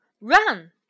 Run